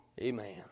Amen